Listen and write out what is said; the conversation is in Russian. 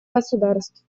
государств